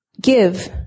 give